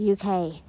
UK